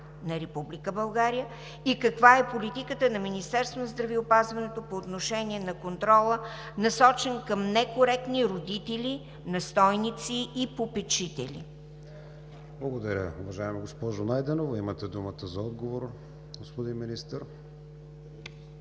на Република България и каква е политиката на Министерството на здравеопазването по осъществяването на контрола, насочен към некоректните родители, настойници или попечители? ПРЕДСЕДАТЕЛ КРИСТИАН ВИГЕНИН: Благодаря, уважаема госпожо Найденова. Имате думата за отговор, господин Министър.